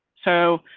so.